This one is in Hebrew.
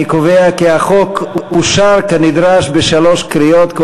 אני קובע כי החוק אושר כנדרש בשלוש קריאות,